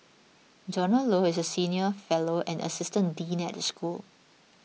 Donald Low is a senior fellow and assistant dean at the school